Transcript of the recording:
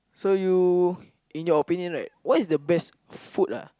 so you in your opinion what is the best food lah